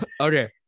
Okay